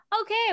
okay